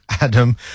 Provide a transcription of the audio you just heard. Adam